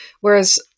Whereas